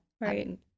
right